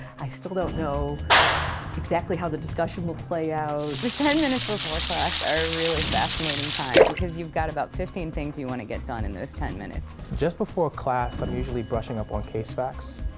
i still don't know exactly how the discussion will play out. the ten minutes before class really fascinating time. because you've got about fifteen things you want to get done in those ten minutes. just before class, i'm usually brushing up on case facts.